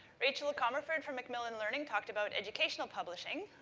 rachel comeford from macmillan learning, talked about educational publishing.